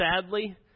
sadly